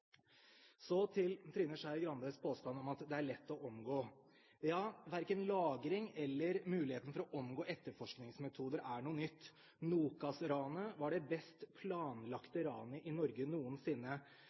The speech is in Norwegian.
Så til Trine Skei Grandes påstand om at det er lett å omgå. Ja, verken lagring eller muligheten for å omgå etterforskningsmetoder er noe nytt. NOKAS-ranet var det best